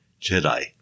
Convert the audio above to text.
Jedi